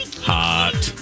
Hot